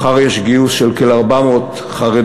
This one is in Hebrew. מחר יש גיוס של כ-400 חרדים,